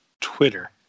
Twitter